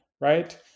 Right